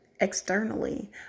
externally